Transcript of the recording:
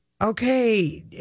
okay